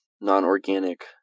non-organic